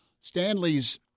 Stanley's